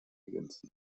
ergänzen